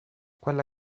quella